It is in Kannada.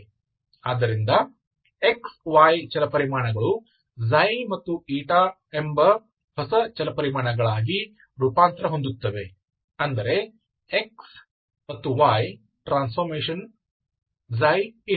ಆದ್ದರಿಂದ x y ಚಲಪರಿಮಾಣಗಳು ξ ಮತ್ತು η ಎಂಬ ಹೊಸ ಚಲಪರಿಮಾಣಗಳಾಗಿ ರೂಪಾಂತರ ಹೊಂದುತ್ತವೆ ಅಂದರೆ xy transformation→ ξ